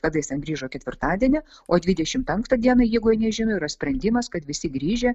kada jis ten grįžo ketvirtadienį o dvidešim penktą dieną jeigu jie nežino yra sprendimas kad visi grįžę